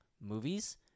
movies